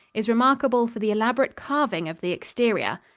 is remarkable for the elaborate carving of the exterior.